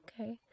Okay